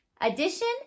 Addition